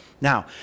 Now